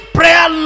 prayer